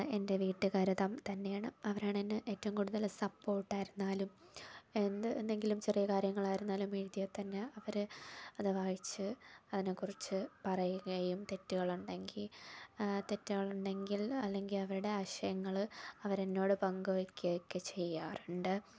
എൻ്റെ വീട്ടുകാർ തം തന്നെയാണ് അവരാണ് എന്നെ ഏറ്റവും കൂടുതൽ സപ്പോർട്ട് ആയിരുന്നാലും എന്ത് എന്തെങ്കിലും ചെറിയ കാര്യങ്ങളായിരുന്നാലും എഴുതിയാൽ തന്നെ അവർ അത് വായിച്ച് അതിനെക്കുറിച്ച് പറയുകയും തെറ്റുകളുണ്ടെങ്കിൽ തെറ്റുകളുണ്ടെങ്കിൽ അല്ലെങ്കിൽ അവരുടെ ആശയങ്ങൾ അവർ എന്നോട് പങ്കുവയ്ക്കുകയൊക്കെ ചെയ്യാറുണ്ട്